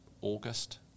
August